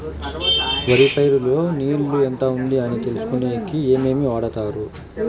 వరి పైరు లో నీళ్లు ఎంత ఉంది అని తెలుసుకునేకి ఏమేమి వాడతారు?